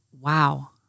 wow